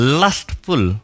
lustful